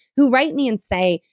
who write me and say,